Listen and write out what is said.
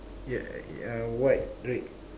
yeah uh white red